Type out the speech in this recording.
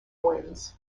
wins